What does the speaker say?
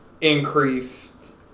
increased